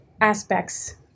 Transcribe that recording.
aspects